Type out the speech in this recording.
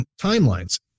timelines